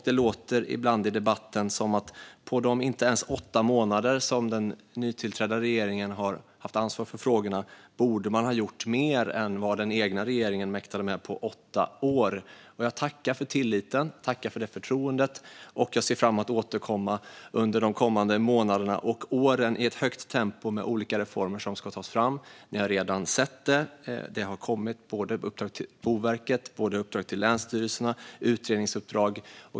Det låter ibland i debatten som att på de inte ens åtta månader som den nytillträdda regeringen har haft ansvar för frågorna borde man ha gjort mer än vad den egna regeringen mäktade med på åtta år. Jag tackar för tilliten och förtroendet, och jag ser fram emot att återkomma under de kommande månaderna och åren i ett högt tempo. Det är olika reformer som ska tas fram, och det har redan kommit både uppdrag till Boverket och länsstyrelserna och utredningsuppdrag.